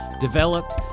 developed